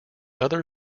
other